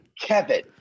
Kevin